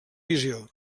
visió